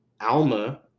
alma